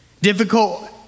Difficult